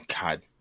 God